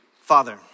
Father